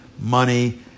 Money